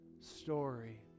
story